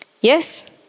Yes